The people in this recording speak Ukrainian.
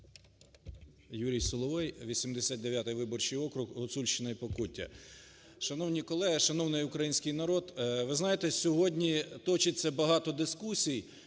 Юрій Соловей, 89 виборчий округ, Гуцульщина і Покуття. Шановні колеги! Шановний український народ! Ви знаєте, сьогодні точиться багато дискусій,